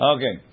Okay